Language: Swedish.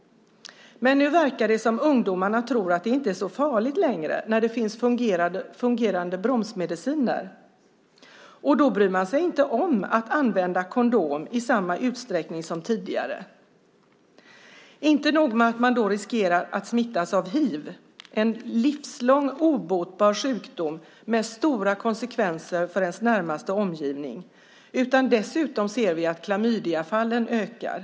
Nu verkar det som att ungdomarna tror att det inte är så farligt längre när det finns fungerande bromsmediciner. Då bryr de sig inte om att använda kondom i samma utsträckning som tidigare. Det är inte nog med att de då riskerar att smittas av hiv, en livslång obotbar sjukdom med stora konsekvenser för ens närmaste omgivning. Dessutom ser vi att klamydiafallen ökar.